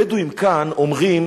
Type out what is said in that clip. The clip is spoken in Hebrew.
הבדואים כאן אומרים